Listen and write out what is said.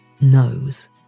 knows